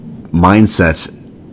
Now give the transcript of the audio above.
mindsets